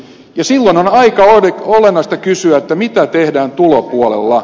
silloin on aika olennaista kysyä mitä tehdään tulopuolella